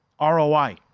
ROI